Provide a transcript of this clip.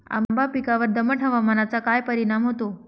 आंबा पिकावर दमट हवामानाचा काय परिणाम होतो?